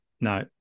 No